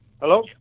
Hello